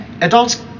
adults